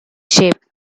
shape